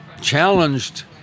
challenged